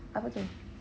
apa tu